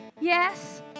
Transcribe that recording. Yes